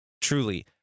Truly